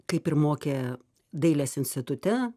kaip ir mokė dailės institute